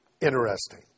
Interesting